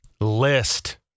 List